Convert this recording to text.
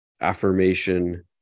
affirmation